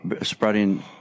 spreading